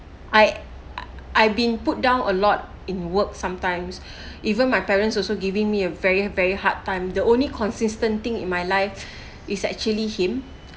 I I've been put down a lot in work sometimes even my parents also giving me a very very hard time the only consistent thing in my life is actually him